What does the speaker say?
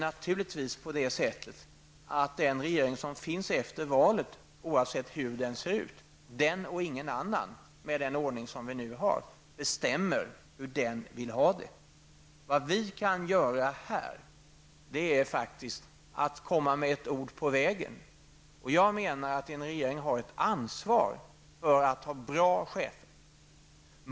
Oavsett hur den regering ser ut som finns efter valet, är det den och ingen annan, med den ordning som vi nu har, som bestämmer hur den vill ha det. Vad vi här kan göra är faktiskt att komma med ett ord på vägen. Jag menar att en regering har ett ansvar för att ha bra chefer.